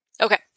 Okay